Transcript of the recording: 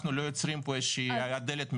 לא יוצרים פה איזה שהיא דלת מסתובבת?